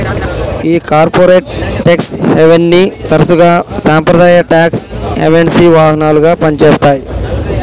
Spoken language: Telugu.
ఈ కార్పొరేట్ టెక్స్ హేవెన్ని తరసుగా సాంప్రదాయ టాక్స్ హెవెన్సి వాహనాలుగా పని చేత్తాయి